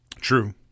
True